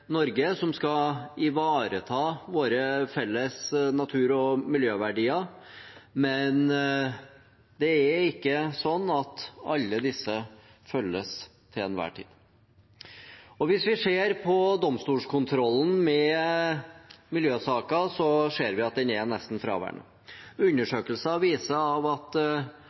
Norge som skal ivareta våre felles natur- og miljøverdier, men det er ikke sånn at alle disse følges til enhver tid. Hvis vi ser på domstolskontrollen med miljøsaker, ser vi at den er nesten fraværende. Undersøkelser viser at av